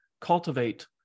cultivate